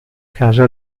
casa